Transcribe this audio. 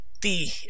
The